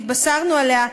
שהתבשרנו עליה,